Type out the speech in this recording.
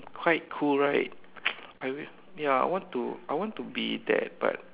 quite cool right I will ya I want to I want to be that but